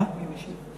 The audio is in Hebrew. מי משיב?